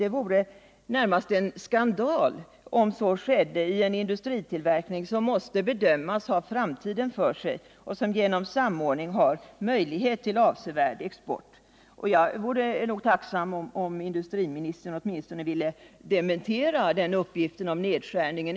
Det vore närmast en skandal om så skedde i en industritillverkning som måste bedömas ha framtiden för sig och som genom en samordning har möjlighet till avsevärd export. Jag vore tacksam om industriministern åtminstone ville dementera uppgiften om nedskärningen.